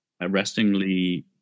arrestingly